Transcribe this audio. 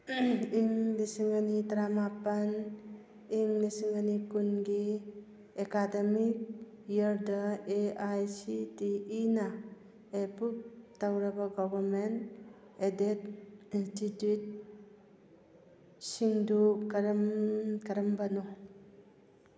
ꯏꯪ ꯂꯤꯁꯤꯡ ꯑꯅꯤ ꯇꯔꯥꯃꯥꯄꯜ ꯏꯪ ꯂꯤꯁꯤꯡ ꯑꯅꯤ ꯀꯨꯟꯒꯤ ꯑꯦꯀꯥꯗꯃꯤꯛ ꯏꯌꯔꯗ ꯑꯦ ꯑꯥꯏ ꯁꯤ ꯇꯤ ꯏꯅ ꯑꯦꯄ꯭ꯔꯨꯞ ꯇꯧꯔꯕ ꯒꯕꯔꯃꯦꯟ ꯑꯦꯗꯦꯠ ꯏꯟꯁꯇꯤꯇ꯭ꯋꯤꯠꯁꯤꯡꯗꯨ ꯀꯔꯝ ꯀꯔꯝꯕꯅꯣ